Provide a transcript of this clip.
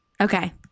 Okay